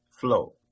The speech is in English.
flow